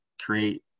create